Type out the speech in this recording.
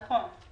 נכון.